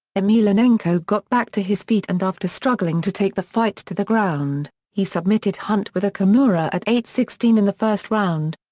emelianenko got back to his feet and after struggling to take the fight to the ground, he submitted hunt with a kimura at eight sixteen in the first round.